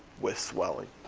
with swelling.